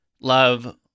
love